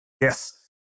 Yes